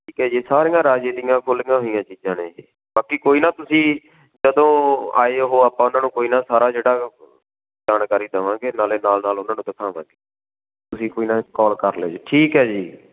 ਠੀਕ ਹੈ ਜੀ ਸਾਰੀਆਂ ਰਾਜੇ ਦੀਆਂ ਖੋਲ੍ਹੀਆਂ ਹੋਈਆਂ ਚੀਜ਼ਾਂ ਨੇ ਬਾਕੀ ਕੋਈ ਨਾ ਤੁਸੀਂ ਜਦੋਂ ਆਏ ਹੋ ਆਪਾਂ ਉਹਨਾਂ ਨੂੰ ਕੋਈ ਨਾ ਸਾਰਾ ਜਿਹੜਾ ਜਾਣਕਾਰੀ ਦਵਾਂਗੇ ਨਾਲੇ ਨਾਲ ਨਾਲ ਉਹਨਾਂ ਨੂੰ ਦਿਖਾਵਾਂਗੇ ਤੁਸੀਂ ਕੋਈ ਨਾ ਕਾਲ ਕਰ ਲਿਓ ਜੀ ਠੀਕ ਹੈ ਜੀ